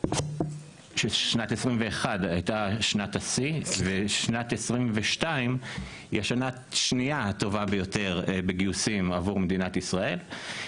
שנת 2022 היא השנה השנייה הטובה ביותר בגיוסים עבור מדינת ישראל,